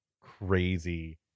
crazy